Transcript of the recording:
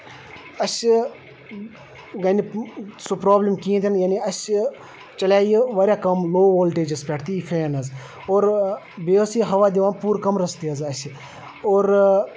اَسہِ گٔیے نہٕ سُہ برابلِم کِہینۍ تہِ نہٕ یعنے اَسہِ چلے یہِ واریاہ کَم لو وولٹیجس پٮ۪ٹھ تہِ یہِ فین حظ اور بیٚیہِ اوس یہِ ہوا دِوان پوٗرٕ کِمرس تہِ حظ اَسہِ اور